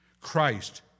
Christ